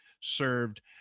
served